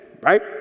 Right